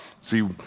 See